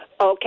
Okay